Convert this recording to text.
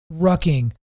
rucking